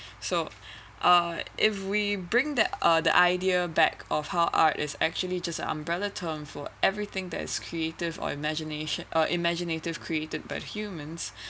so uh if we bring that uh the idea back of how art is actually just an umbrella term for everything that's creative or imagination uh imaginative created but humans